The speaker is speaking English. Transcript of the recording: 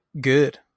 good